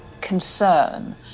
concern